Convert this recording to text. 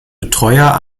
betreuer